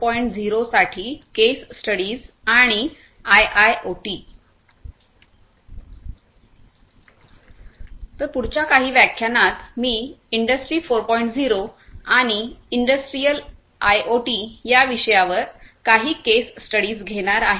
आणि industrial IoT या विषयांवर काही केस स्टडीज घेणार आहे